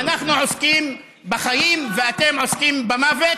אנחנו עוסקים בחיים ואתם עוסקים במוות,